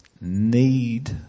need